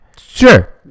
Sure